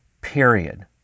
Period